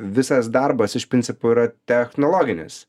visas darbas iš principo yra technologinis